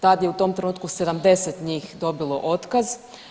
Tad je u tom trenutnu 70 njih dobilo otkaz.